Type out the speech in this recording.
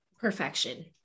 Perfection